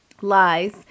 lies